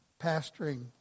pastoring